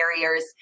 barriers